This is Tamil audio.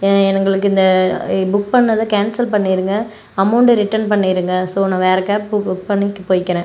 எங்களுக்கு இந்த புக் பண்ணதை கேன்சல் பண்ணிடுங்க அமௌண்ட்டை ரிட்டன் பண்ணிடுங்க ஸோ நான் வேறு கேப் புக் பண்ணிட்டு போய்க்கிறேன்